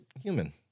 human